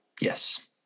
yes